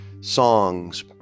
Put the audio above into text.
songs